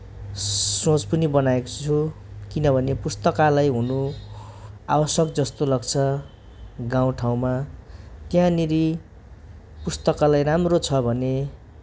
सोच पनि बनाएको छु किनभने पुस्तकालय हुनु आवश्यक जस्तो लाग्छ गाउँ ठाउँमा त्यहाँनिर पुस्तकालय राम्रो छ भने